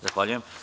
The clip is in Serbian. Zahvaljujem.